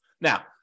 Now